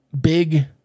big